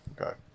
Okay